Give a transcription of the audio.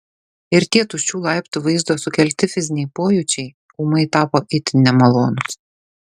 ir tie tuščių laiptų vaizdo sukelti fiziniai pojūčiai ūmai tapo itin nemalonūs